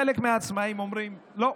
חלק מהעצמאים אומרים: לא,